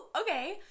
okay